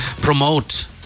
promote